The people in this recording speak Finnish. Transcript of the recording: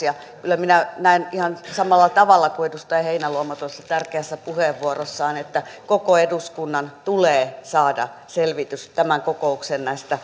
ja kyllä minä näen ihan samalla tavalla kuin edustaja heinäluoma tuossa tärkeässä puheenvuorossaan että koko eduskunnan tulee saada selvitys tämän kokouksen